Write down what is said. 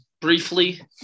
briefly